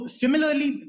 similarly